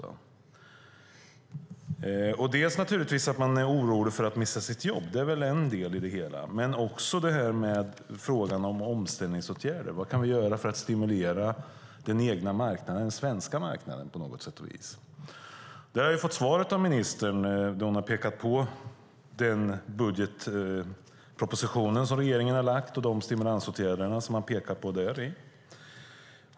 Man är naturligtvis orolig för att mista sitt jobb, och det är en del i det hela. Men det handlar också om omställningsåtgärder: Vad kan vi göra för att stimulera den svenska marknaden? Jag har fått svaret av ministern där hon pekar på den budgetproposition som regeringen har lagt fram och de stimulansåtgärder som man har däri.